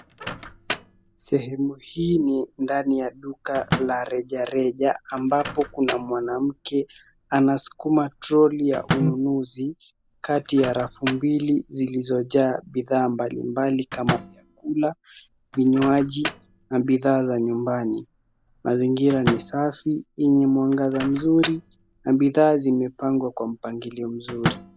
Sehemu ni ndani ya duka la rejereja ambapo kuna mwanamke anaskuma troli ya ununuzi kati ya rafu mbili zilizojaa bidhaa mbalimbali kama vyakula, vinywaji na bidhaa za nyumbani. Mazingira ni safi wenye mwangaza mzuri na bidhaa zimepangwa kwa mpangilio mzuri.